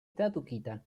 tradukita